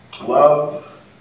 Love